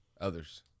Others